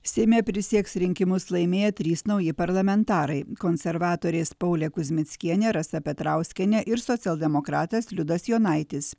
seime prisieks rinkimus laimėję trys nauji parlamentarai konservatorės paulė kuzmickienė rasa petrauskienė ir socialdemokratas liudas jonaitis